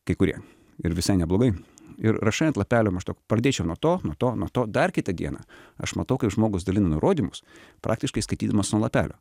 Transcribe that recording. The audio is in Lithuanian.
kai kurie ir visai neblogai ir rašai ant lapelio maždaug pradėčiau nuo to nuo to nuo to dar kitą dieną aš matau kaip žmogus dalina nurodymus praktiškai skaitydamas nuo lapelio